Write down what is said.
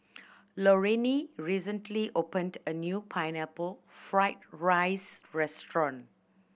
Lorrayne recently opened a new Pineapple Fried rice restaurant